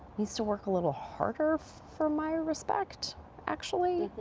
needs to work a little harder for my respect actually.